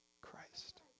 Christ